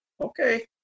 Okay